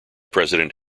president